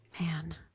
man